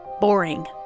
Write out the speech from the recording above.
boring